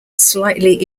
slightly